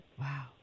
Wow